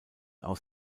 aus